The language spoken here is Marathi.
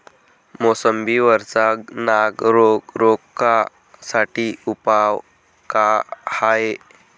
मोसंबी वरचा नाग रोग रोखा साठी उपाव का हाये?